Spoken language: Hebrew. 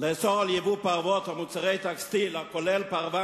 לאסור ייבוא פרוות או מוצרי טקסטיל הכוללים פרווה